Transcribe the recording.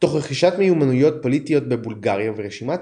תוך רכישת מיומנויות פוליטיות בבולגריה ורקימת